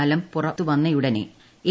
ഫലം പുറത്തുവന്നയുടൻ എ